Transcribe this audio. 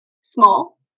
Small